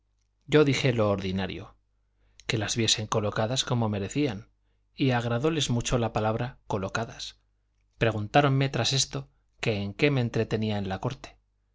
yo dije lo ordinario que las viesen colocadas como merecían y agradóles mucho la palabra colocadas preguntáronme tras esto que en qué me entretenía en la corte